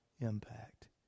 impact